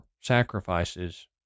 sacrifices